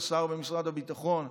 השר במשרד הביטחון,